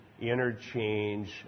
interchange